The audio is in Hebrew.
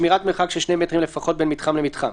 שמירת מרחק של 2 מטרים לפחות בין מתחם למתחם,